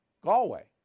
Galway